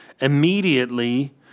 immediately